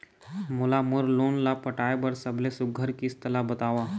मोला मोर लोन ला पटाए बर सबले सुघ्घर किस्त ला बताव?